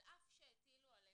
על אף שהטילו עליך,